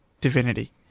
divinity